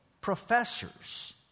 professors